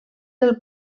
del